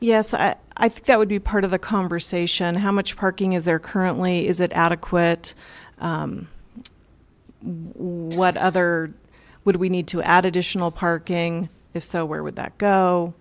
yes i i think that would be part of the conversation how much parking is there currently is that adequate what other would we need to add additional parking if so where would that go